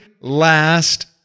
last